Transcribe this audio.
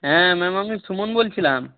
হ্যাঁ ম্যাম আমি সুমন বলছিলাম